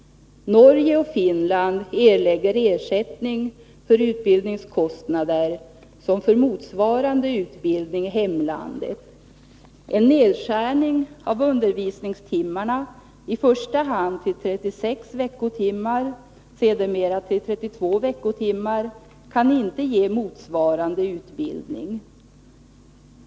Norge och Finland erlägger ersättning för utbildningskostnader som för motsvarande utbildning i hemlandet. En nedskärning av undervisningstimmarna, i första hand till 36 vt. sedermera till 32 vt., kan inte ge motsvarande utbildning.